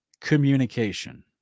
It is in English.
communication